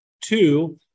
two